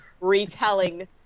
retelling